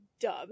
Dub